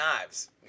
knives